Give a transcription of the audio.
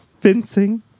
fencing